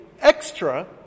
extra